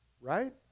right